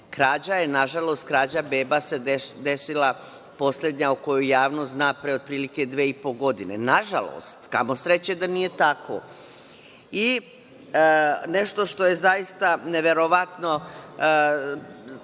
krađa beba se na žalost desila poslednja o kojoj javnost zna, pre otprilike dve i po godine. Na žalost, kamo sreće da nije tako i nešto što je zaista neverovatno,